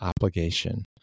obligation